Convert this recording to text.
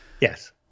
yes